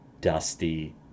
dusty